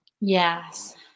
Yes